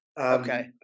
Okay